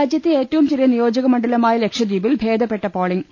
രാജ്യത്തെ ഏറ്റവും ചെറിയ നിയോജകമണ്ഡലമായ ലക്ഷദ്ധീ പിൽ ഭേദപ്പെട്ട പോളിംഗ്